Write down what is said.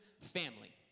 family